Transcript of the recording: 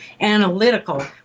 analytical